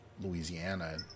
Louisiana